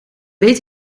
weet